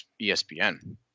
ESPN